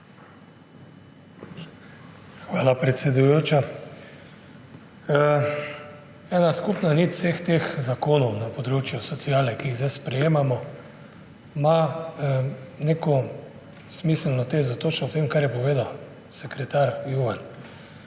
Hvala, predsedujoča. Skupna nit vseh teh zakonov na področju sociale, ki jih zdaj sprejemamo, ima neko smiselno tezo točno v tem, kar je povedal sekretar Juvan,